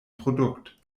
produkt